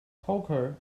poker